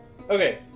Okay